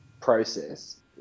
process